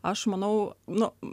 aš manau nu